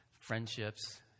friendships